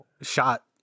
shot